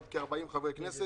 כ-40 חברי כנסת,